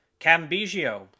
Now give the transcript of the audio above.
cambigio